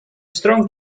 strong